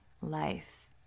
life